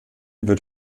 wird